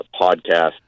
podcast